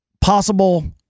possible